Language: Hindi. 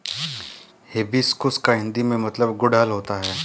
हिबिस्कुस का हिंदी में मतलब गुड़हल होता है